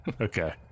Okay